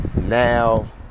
now